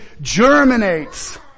germinates